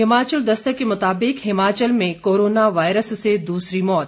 हिमाचल दस्तक के मुताबिक हिमाचल में कोरोना वायरस से दूसरी मौत